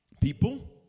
People